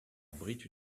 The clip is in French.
abrite